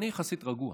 אני יחסית רגוע,